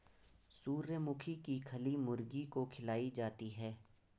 सूर्यमुखी की खली मुर्गी को खिलाई जाती है